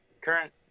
current